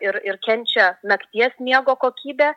ir ir kenčia nakties miego kokybė